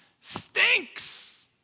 stinks